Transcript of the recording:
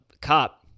cop